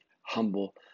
humble